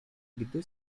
gdy